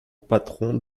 patron